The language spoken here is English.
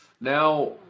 Now